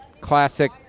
classic